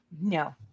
No